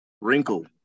wrinkle